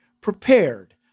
prepared